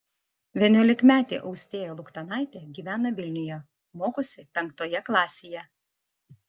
vienuolikmetė austėja luchtanaitė gyvena vilniuje mokosi penktoje klasėje